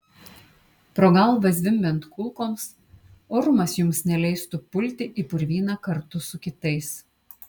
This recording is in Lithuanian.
pro galvą zvimbiant kulkoms orumas jums neleistų pulti į purvyną kartu su kitais